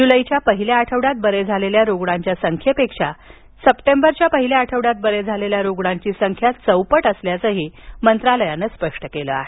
जुलैच्या पहिल्या आठवड्यात बरे झालेल्या रुग्णांच्या संख्येपेक्षा सप्टेंबरच्या पहिल्या आठवड्यात बरे झालेल्या रुग्णांची संख्या चौपट असल्याचंही मंत्रालयानं म्हटलं आहे